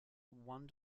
one